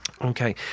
Okay